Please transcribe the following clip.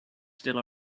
still